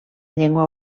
llengua